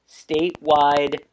statewide